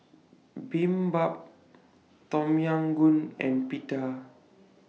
Tom Yam Goong and Pita